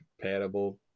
compatible